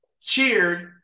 cheered